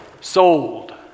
Sold